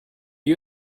you